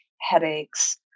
headaches